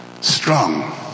strong